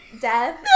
death